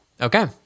okay